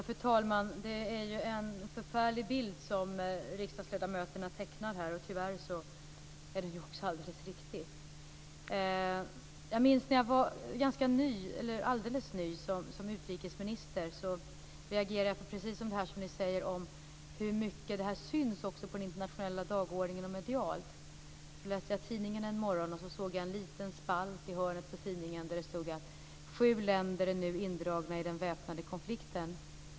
Fru talman! Det är en förfärlig bild som riksdagsledamöterna tecknar. Tyvärr är den också alldeles riktig. Jag minns att jag när jag var alldeles ny som utrikesminister reagerade precis på det som ni nu säger om hur mycket det syns på den internationella dagordningen och medialt. Jag läste i tidningen en morgon och såg en liten spalt i hörnet på sidan där det stod: Sju länder är nu indragna i den väpnade konflikten.